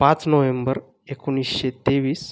पाच नोव्हेंबर एकोणीसशे तेवीस